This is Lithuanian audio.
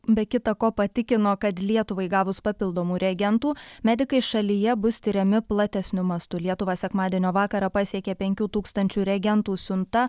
be kita ko patikino kad lietuvai gavus papildomų reagentų medikai šalyje bus tiriami platesniu mastu lietuvą sekmadienio vakarą pasiekė penkių tūkstančių reagentų siunta